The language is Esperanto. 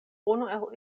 unu